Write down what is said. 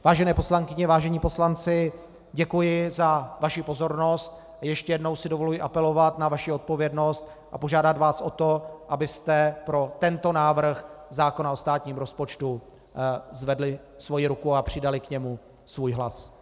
Vážené poslankyně, vážení poslanci, děkuji za vaši pozornost a ještě jednou si dovoluji apelovat na vaši odpovědnost a požádat vás o to, abyste pro tento návrh zákona o státním rozpočtu zvedli svoji ruku a přidali k němu svůj hlas.